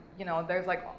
you know, there's like,